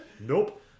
Nope